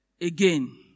again